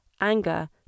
anger